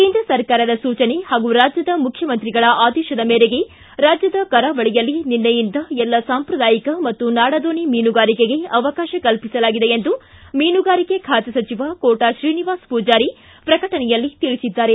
ಕೇಂದ್ರ ಸರಕಾರದ ಸೂಚನೆ ಹಾಗೂ ರಾಜ್ಯದ ಮುಖ್ಯಮಂತ್ರಿಗಳ ಆದೇಶದ ಮೇರೆಗೆ ರಾಜ್ಯದ ಕರಾವಳಿಯಲ್ಲಿ ನಿನ್ನೆಯಿಂದ ಎಲ್ಲಾ ಸಾಂಪ್ರದಾಯಿಕ ಮತ್ತು ನಾಡದೋಣಿ ಮೀನುಗಾರಿಕೆಗೆ ಅವಕಾಶ ಕಲ್ಲಿಸಲಾಗಿದೆ ಎಂದು ಮೀನುಗಾರಿಕೆ ಖಾತೆ ಸಚಿವ ಕೋಟಾ ಶ್ರೀನಿವಾಸ ಪೂಜಾರಿ ಪ್ರಕಟಣೆಯಲ್ಲಿ ತಿಳಿಸಿದ್ದಾರೆ